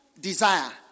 desire